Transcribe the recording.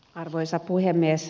arvoisa puhemies